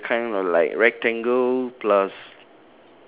ya there's a kind of like rectangle plus